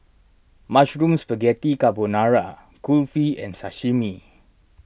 Mushroom Spaghetti Carbonara Kulfi and Sashimi